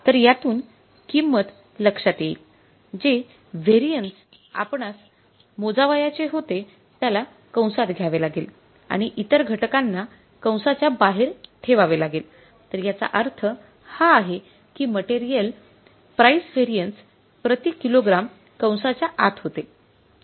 तर यातून किंमत लक्ष्यात येईल जे व्हेरिएन्स आपणास मोजवायचे होते त्याला कंसात घ्यावे लागेल आणि इतर घटकांनां कंसाच्या बाहेर ठेववावे लागेल त्याचा अर्थ हा आहे कि मटेरियल परीस व्हेरिएन्स प्रति किलोग्रॅम कंसाच्या आत होते